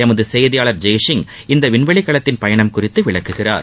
எமது செய்தியாளர் ஜெய்சிங் இந்த விண்வெளி கலத்தின் பயணம் குறித்து விளக்குகிறார்